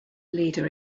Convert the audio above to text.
leader